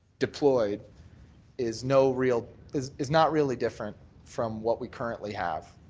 deployed is no real is is not really different from what we currently have.